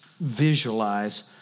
visualize